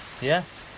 Yes